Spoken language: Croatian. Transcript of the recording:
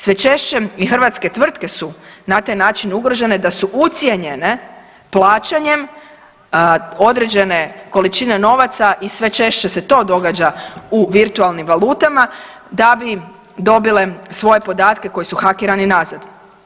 Sve češće i hrvatske tvrtke su na taj način ugrožene da su ucijenjene plaćanjem određene količine novaca i sve češće se to događa u virtualnim valutama da bi dobile svoje podatke koji su hakirani nazad.